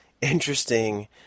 interesting